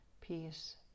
peace